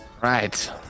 Right